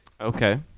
Okay